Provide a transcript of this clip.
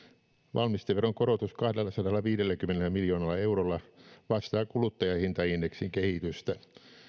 valmisteveron korotus kahdellasadallaviidelläkymmenellä miljoonalla eurolla vastaa kuluttajahintaindeksin kehitystä